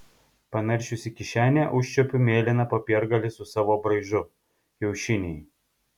panaršiusi kišenę užčiuopiu mėlyną popiergalį su savo braižu kiaušiniai